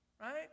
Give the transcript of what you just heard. Right